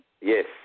Yes